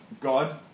God